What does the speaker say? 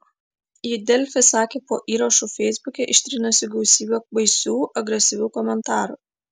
ji delfi sakė po įrašu feisbuke ištrynusi gausybę baisių agresyvių komentarų